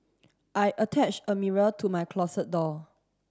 I attached a mirror to my closet door